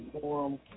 forum